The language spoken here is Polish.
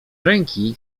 ręki